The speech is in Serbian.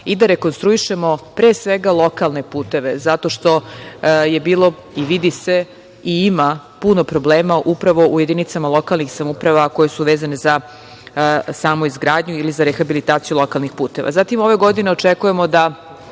i da rekonstruišemo, pre svega, lokalne puteve, zato što je bilo i vidi se i ima puno problema upravo u jedinicama lokalnih samouprava koje su vezane za samu izgradnju ili za rehabilitaciju lokalnih puteva. Zatim, ove godine očekujemo da